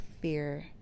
fear